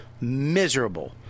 Miserable